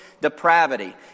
depravity